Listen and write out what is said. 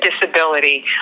disability